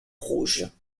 rouges